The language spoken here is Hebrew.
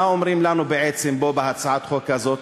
מה אומרים לנו בעצם בהצעת החוק הזאת,